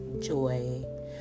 joy